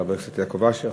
חבר הכנסת יעקב אשר,